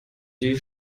die